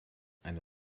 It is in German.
eine